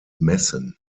messen